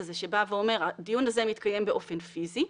הזה שאומר: הדיון הזה מתקיים באופן פיסי.